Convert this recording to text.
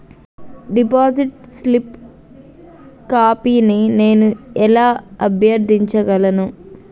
Deposit slip కాపీని నేను ఎలా అభ్యర్థించగలను?